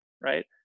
right